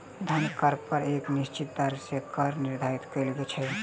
धन कर पर एक निश्चित दर सॅ कर निर्धारण कयल छै